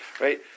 right